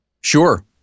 Sure